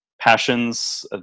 passions